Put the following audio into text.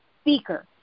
speaker